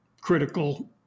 critical